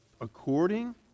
according